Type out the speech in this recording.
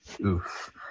Oof